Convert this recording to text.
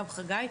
וגם חגי,